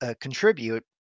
contribute